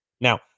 Now